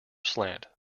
slant